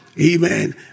Amen